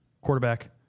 Quarterback